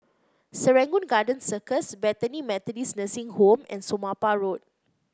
Serangoon Garden Circus Bethany Methodist Nursing Home and Somapah Road